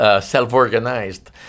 self-organized